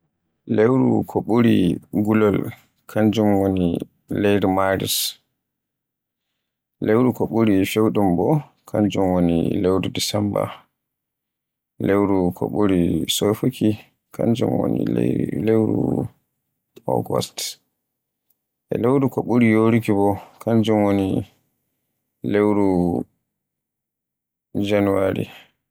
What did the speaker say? Lewru ko ɓuri gulol kanjum woni lewru Maris, lewru ko ɓuri fewɗum bo kanjum woni lewru Desemba. Lewru ko ɓuri sofuuki kanjum woni lewru Augost, lewru ko ɓuri yoruuki bo kanjum woni lewru januware.